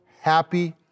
happy